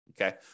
Okay